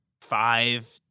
five